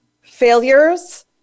failures